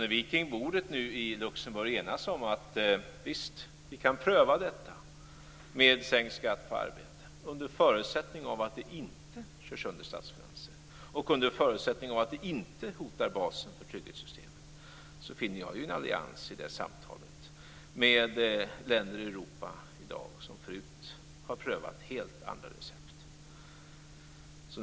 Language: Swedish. När vi kring bordet i Luxemburg nu enas om att vi kan pröva detta med sänkt skatt på arbete, under förutsättning att det inte kör sönder statsfinanser och inte hotar basen för trygghetssystemen, finner jag en allians i det samtalet i dag med länder i Europa som förut har prövat helt andra recept.